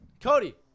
Cody